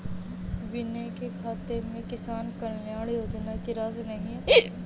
विनय के खाते में किसान कल्याण योजना की राशि नहीं आई है